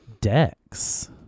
Dex